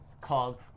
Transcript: called